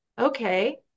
okay